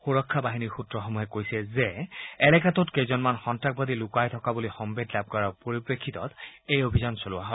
সুৰক্ষা বাহিনীৰ সূত্ৰসমূহে কৈছে যে এলেকাটোত কেইজনমান সন্তাসবাদী লুকাই থকা বুলি সম্ভেদ লাভ কৰাৰ পৰিপ্ৰেক্ষিতত এই অভিযান চলোৱা হয়